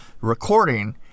recording